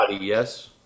yes